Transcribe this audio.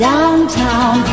Downtown